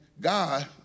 God